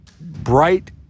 bright